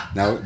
Now